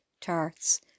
tarts